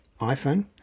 iPhone